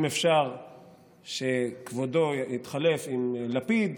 אם אפשר, שכבודו יתחלף עם לפיד,